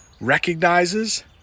recognizes